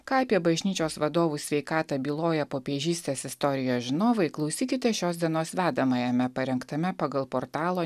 ką apie bažnyčios vadovų sveikatą byloja popiežystės istorijos žinovai klausykite šios dienos vedamajame parengtame pagal portalo